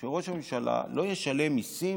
שראש הממשלה לא ישלם מיסים